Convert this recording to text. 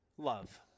Love